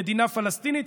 "מדינה פלסטינית"?